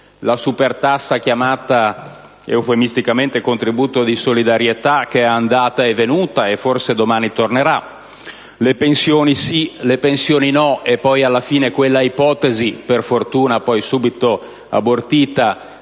la supertassa chiamata eufemisticamente «contributo di solidarietà», che è andata e venuta e che forse domani tornerà; «le pensioni sì», «le pensioni no», e poi alla fine quell'ipotesi - per fortuna poi subito abortita